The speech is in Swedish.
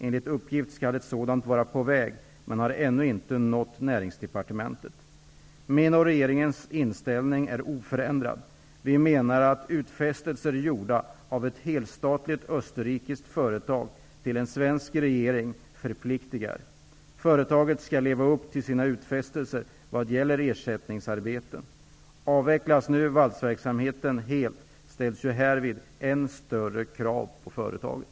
Enligt uppgift skall ett sådant vara på väg, men har ännu inte nått Min och regeringens inställning är oförändrad. Vi menar att utfästelser gjorda av ett helstatligt österrikiskt företag till en svensk regering förpliktar. Företaget skall leva upp till sina utfästelser vad gäller ersättningsarbeten. Avvecklas nu valsverksamheten helt ställs ju härvid än större krav på företaget.